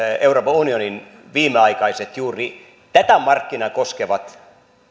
euroopan unionin viimeaikaiset juuri tätä markkinaa koskevat